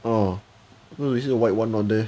orh is it the white [one] not there